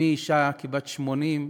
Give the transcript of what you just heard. אמי, אישה כבת 80,